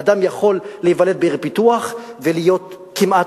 אדם יכול להיוולד בעיר פיתוח ולהיות כמעט